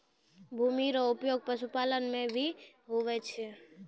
भूमि रो उपयोग पशुपालन मे भी हुवै छै